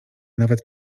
nawet